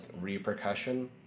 repercussion